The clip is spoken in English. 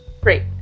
Great